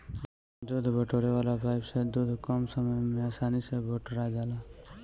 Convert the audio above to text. दूध बटोरे वाला पाइप से दूध कम समय में आसानी से बटोरा जाला